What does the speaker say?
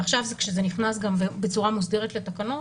עכשיו כשזה נכנס גם בצורה מוסדרת לתקנות,